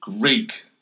Greek